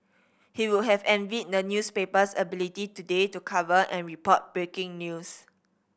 he would have envied the newspaper's ability today to cover and report breaking news